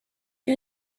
you